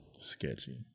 sketchy